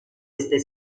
este